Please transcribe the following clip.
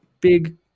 big